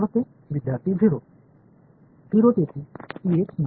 TM polarisations முதல் வெளிப்பாட்டிற்கு என்ன நடக்கும்